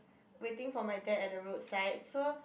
waiting for my dad at the roadside so